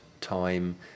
time